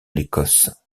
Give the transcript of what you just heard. l’écosse